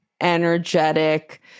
energetic